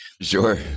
Sure